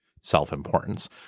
self-importance